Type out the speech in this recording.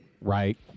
Right